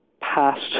past